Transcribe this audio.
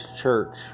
Church